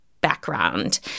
background